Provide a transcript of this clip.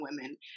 women